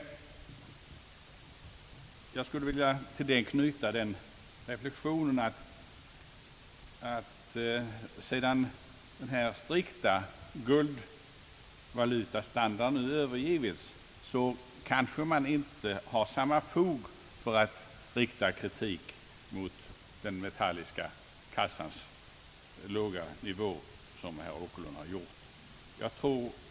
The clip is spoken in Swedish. Men jag skulle till dessa överenskommelser vilja i denna debatt knyta reflexionen att, sedan den strikta guldvalutastandarden nu övergivits, så kanske man inte längre har samma fog för kritik mot den metalliska kassans låga nivå, som herr Åkerlund har framfört.